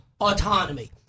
autonomy